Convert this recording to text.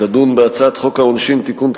תדון בהצעת חוק העונשין (תיקון,